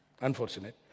Unfortunate